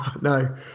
no